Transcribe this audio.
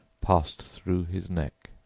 passed through his neck,